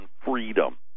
freedom